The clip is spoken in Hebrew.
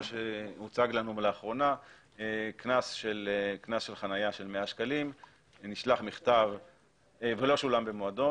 הוצג לנו לאחרונה קנס של חניה של 100 שקלים ולא שולם במועדו.